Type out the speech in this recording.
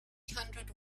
hundred